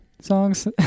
songs